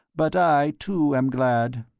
but i, too, am glad.